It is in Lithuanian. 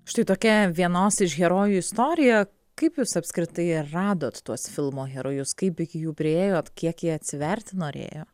štai tokia vienos iš herojų istorija kaip jūs apskritai radot tuos filmo herojus kaip iki jų priėjot kiek jie atsiverti norėjo